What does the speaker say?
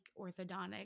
orthodontic